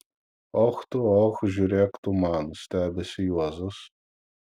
och tu och žiūrėk tu man stebisi juozas